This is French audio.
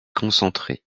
concentrée